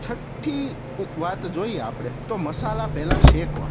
છઠ્ઠી એક વાત જોઈ આપણે તો મસાલા પહેલા શેકવા